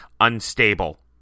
unstable